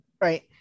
right